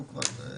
הוא כבר --- לא,